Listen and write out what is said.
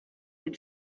den